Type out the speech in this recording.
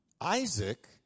Isaac